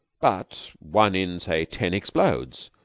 but one in, say, ten explodes,